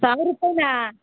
ಸಾವಿರ ರೂಪಾಯಿನಾ